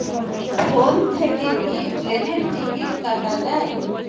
Phone থেকে কি ট্রেনের টিকিট কাটা য়ায়?